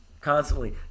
constantly